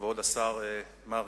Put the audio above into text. כבוד השר מרגי,